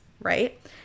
right